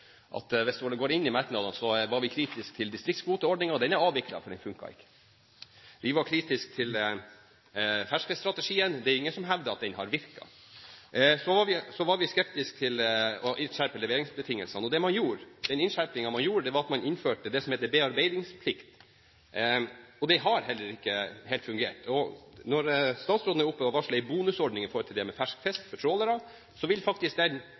2007–2008. Hvis man går inn i merknadene, vil man se at vi var kritiske til distriktskvoteordningen. Den er avviklet, for den funket ikke. Vi var kritiske til ferskfiskstrategien. Det er ingen som hevder at den har virket. Så var vi skeptiske til å skjerpe leveringsbetingelsene, og den innskjerpingen man gjorde, var at man innførte det som het bearbeidingsplikt. Det har heller ikke helt fungert. Statsråden er oppe og varsler en bonusordning når det gjaldt det med fersk fisk for trålere. Trålerne vil faktisk få store problemer med å bruke den